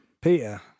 Peter